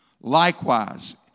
Likewise